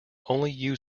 only